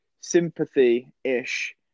sympathy-ish